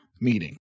meeting